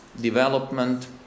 development